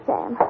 Sam